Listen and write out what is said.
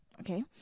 Okay